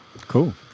Cool